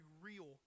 real